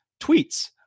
tweets